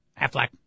Affleck